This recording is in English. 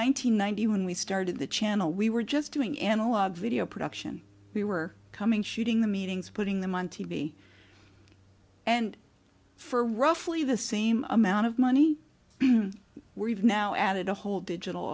hundred ninety when we started the channel we were just doing analog video production we were coming shooting the meetings putting them on t v and for roughly the same amount of money we've now added a whole digital